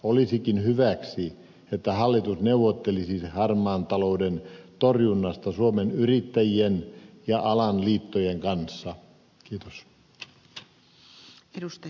olisikin hyväksi että hallitus neuvottelisi harmaan talouden torjunnasta suomen yrittäjien ja alan liittojen kanssa